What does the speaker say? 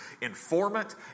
informant